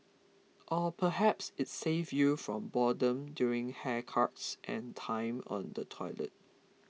or perhaps it saved you from boredom during haircuts and time on the toilet